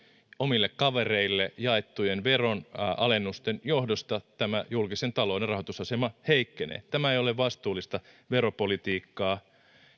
omille kavereille jaettujen veronalennusten johdosta tämä julkisen talouden rahoitusasema heikkenee tämä ei ole vastuullista veropolitiikkaa